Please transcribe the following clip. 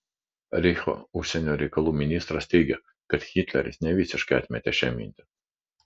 reicho užsienio reikalų ministras teigė kad hitleris nevisiškai atmetė šią mintį